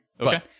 Okay